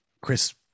chris